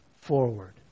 forward